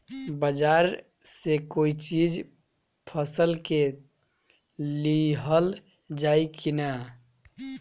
बाजार से कोई चीज फसल के लिहल जाई किना?